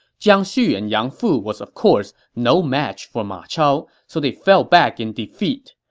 jiang xu and yang fu was of course no match for ma chao, so they fell back in defeat.